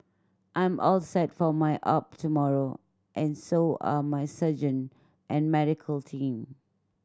I'm all set for my opt tomorrow and so are my surgeon and medical team